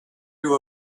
you